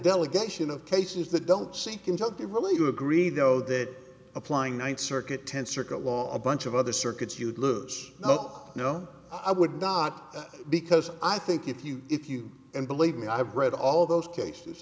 delegation of cases that don't see can tell they really do agree though that applying ninth circuit tenth circuit law a bunch of other circuits you'd lose oh no i would not because i think if you if you and believe me i've read all those cases